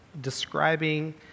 describing